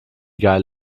geil